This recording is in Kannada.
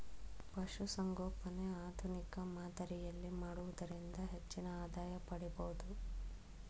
ಪಶುಸಂಗೋಪನೆ ಆಧುನಿಕ ಮಾದರಿಯಲ್ಲಿ ಮಾಡುವುದರಿಂದ ಹೆಚ್ಚಿನ ಆದಾಯ ಪಡಿಬೋದು